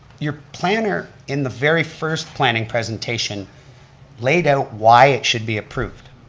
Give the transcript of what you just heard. your planner in the very first planning presentation laid out why it should be approved.